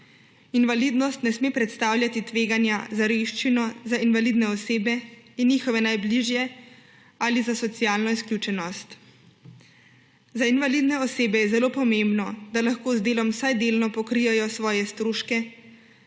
Invalidnost ne sme predstavljati tveganja za revščino za invalidne osebe in njihove najbližje ali za socialno izključenost. Za invalidne osebe je zelo pomembno, da lahko z delom vsaj delno pokrijejo svoje stroške,